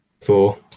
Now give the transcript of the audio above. four